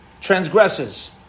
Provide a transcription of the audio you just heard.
transgresses